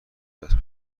بدست